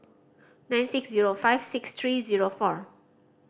nine six zero five six three zero four